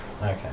okay